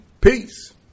Peace